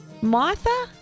Martha